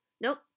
Nope